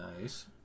Nice